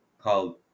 called